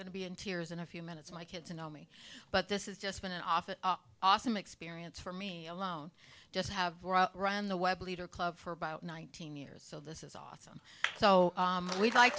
going to be in tears in a few minutes my kids know me but this is just an awful awesome experience for me alone just have run the web leader club for about nineteen years so this is awesome so we'd like